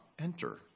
enter